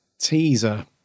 teaser